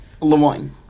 LeMoyne